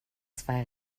zwei